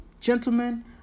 gentlemen